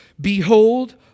behold